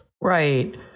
Right